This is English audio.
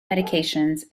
medications